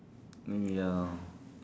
ya